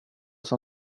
som